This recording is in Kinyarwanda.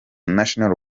national